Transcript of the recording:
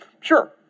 sure